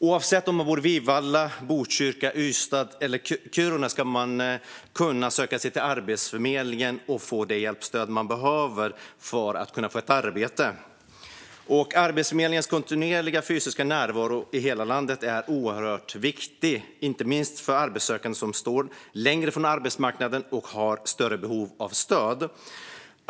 Oavsett om man bor i Vivalla, Botkyrka, Ystad eller Kiruna ska man kunna söka sig till Arbetsförmedlingen och få den hjälp och det stöd man behöver för att kunna få ett arbete. Arbetsförmedlingens kontinuerliga fysiska närvaro i hela landet är oerhört viktig, inte minst för arbetssökande som står längre från arbetsmarknaden och har större behov av stöd.